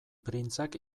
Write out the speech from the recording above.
printzak